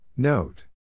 Note